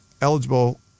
eligible